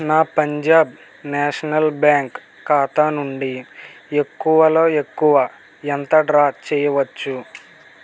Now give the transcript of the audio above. నా Punjab National Bank ఖాతా నుండి ఎక్కువలో ఎక్కువ ఎంత డ్రా చెయ్యవచ్చు